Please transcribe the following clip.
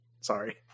sorry